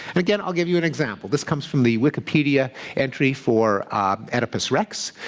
again, i'll give you an example. this comes from the wikipedia entry for oedipus rex,